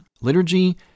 liturgy